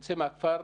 יוצא מהכפר,